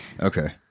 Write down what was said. Okay